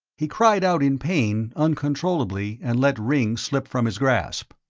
he cried out in pain, uncontrollably, and let ringg slip from his grasp.